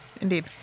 Indeed